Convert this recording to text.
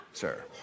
sir